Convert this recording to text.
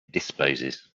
disposes